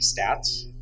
stats